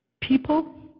people